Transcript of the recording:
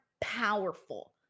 powerful